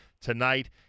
tonight